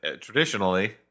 Traditionally